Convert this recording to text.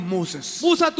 Moses